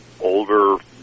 older